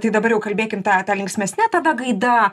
tai dabar jau kalbėkim tą tą linksmesne tada gaida